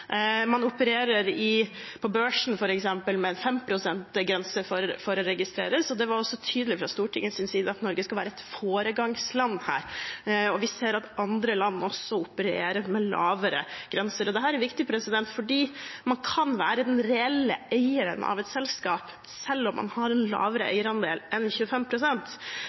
man med en 5 pst. grense for å registreres. Det var også tydelig fra Stortingets side at Norge skal være et foregangsland her, og vi ser at andre land opererer med lavere grenser. Dette er viktig fordi man kan være den reelle eieren av et selskap selv om man har en lavere eierandel enn